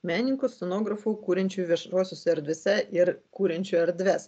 menininku scenografu kuriančiu viešosiose erdvėse ir kuriančiu erdves